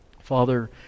Father